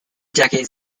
decades